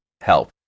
help